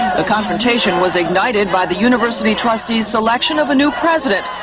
ah confrontation was ignited by the university trustees' selection of a new president,